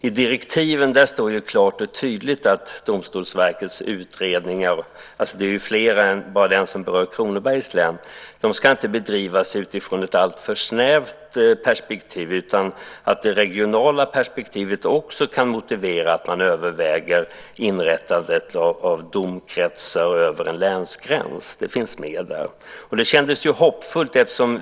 I direktiven står klart och tydligt att Domstolsverkets utredningar - det är fler än den som berör Kronobergs län - inte ska bedrivas utifrån ett alltför snävt perspektiv. Det regionala perspektivet kan också motivera att man överväger inrättandet av domkretsar över en länsgräns. Det finns med där. Det kändes hoppfullt.